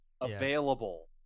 available